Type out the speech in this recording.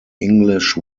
english